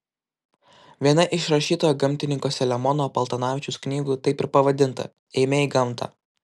viena iš rašytojo gamtininko selemono paltanavičiaus knygų taip ir pavadinta eime į gamtą